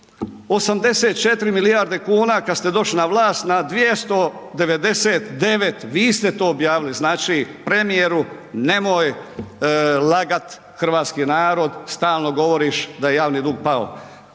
284 milijarde kuna kad ste došli na vlast na 299, vi ste to objavili, znači premijeru nemoj lagat hrvatski narod, stalno govoriš da je javni dug pao,